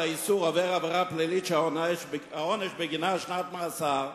האיסור עובר עבירה פלילית שהעונש בגינה שנת מאסר,